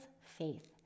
faith